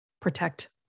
protect